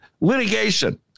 litigation